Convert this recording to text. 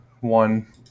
one